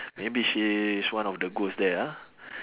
maybe she is one of the ghost there ah